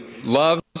loves